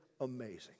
amazing